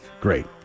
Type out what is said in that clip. Great